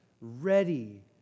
ready